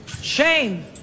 Shame